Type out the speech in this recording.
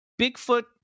Bigfoot